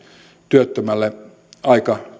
työttömälle aika